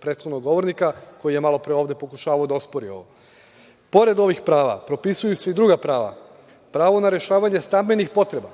prethodnog govornika, koji je ovde malopre pokušavao da ospori ovo. Pored ovih prava, propisuju se i druga prava, pravo na rešavanje stambenih potreba,